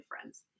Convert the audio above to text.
friends